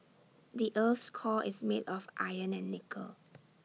the Earth's core is made of iron and nickel